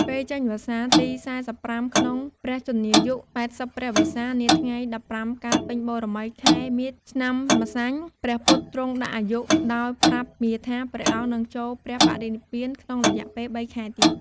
ពេលចេញវស្សាទី ៤៥ ក្នុងព្រះជន្មាយុ ៨០ ព្រះវស្សា នាថ្ងៃ ១៥ កើតពេញបូណ៌មី ខែមាឃ ឆ្នាំម្សាញ់ ព្រះពុទ្ធទ្រង់ដាក់អាយុ ដោយប្រាប់មារថាព្រះអង្គនឹងចូលបរិនិព្វានក្នុងរយៈពេល ៣ ខែទៀត។